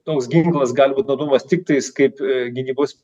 toks ginklas gali būt naudojamas tik tais kaip gynybos